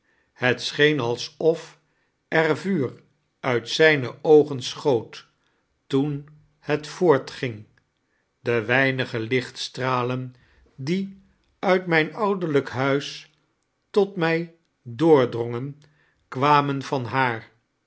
het scheen alsof er vuur uit zijne aogea schoot tpen het voortging de weinige lichtstaaleii die uit mijn ouderlijk huis tot mij doordrongen kwamen van haar